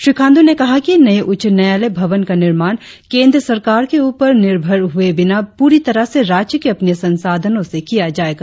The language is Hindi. श्री खांडू ने कहा कि नई उच्च न्यायालय भवन का निर्माण केंद्र के ऊपर निर्भर हुए बिना प्ररी तरह से राज्य की अपनी संसाधनो से किया जाएगा